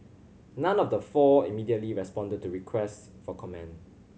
none of the four immediately responded to request for comment